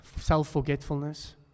self-forgetfulness